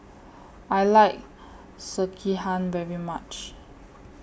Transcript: I like Sekihan very much